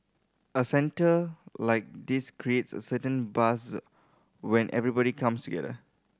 a centre like this creates a certain buzz when everybody comes together